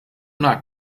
not